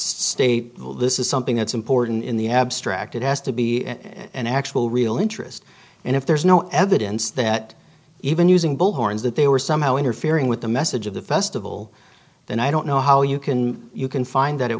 state this is something that's important in the abstract it has to be an actual real interest and if there's no evidence that even using bullhorns that they were somehow interfering with the message of the festival then i don't know how you can you can find that it